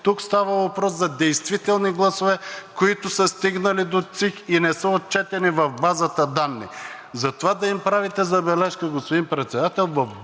Тук става въпрос за действителни гласове, които не са стигнали до ЦИК и не са отчетени в базата данни. За това да им правите забележка, господин Председател,